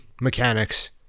mechanics